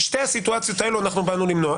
את שתי הסיטואציות האלה אנחנו באנו למנוע.